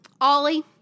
Ollie